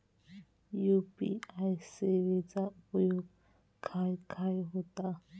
UPI सेवेचा उपयोग खाय खाय होता?